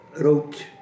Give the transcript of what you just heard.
wrote